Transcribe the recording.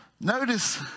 Notice